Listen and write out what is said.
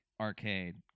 arcade